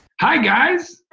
hi guys.